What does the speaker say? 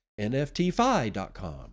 NFTFi.com